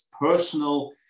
personal